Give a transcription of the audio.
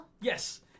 Yes